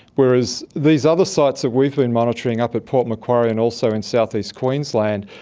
whereas these other sites that we've been monitoring up at port macquarie and also in south-east queensland,